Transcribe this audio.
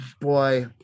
boy